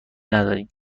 نداریم